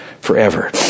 forever